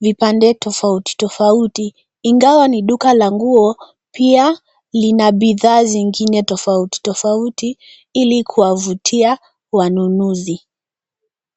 vipande tofauti tofauti. Ingawa ni duka la nguo, pia lina bidhaa zingine tofauti tofauti ili kuwavutia wanunuzi.